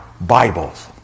Bibles